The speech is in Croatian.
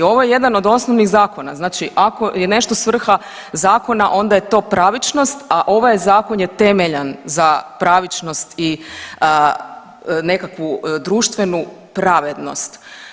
Ovo je jedan od osnovnih zakona, znači ako je nešto svrha zakona, onda je to pravičnost, a ovaj je Zakon je temeljan za pravičnost i nekakvu društvenu pravednost.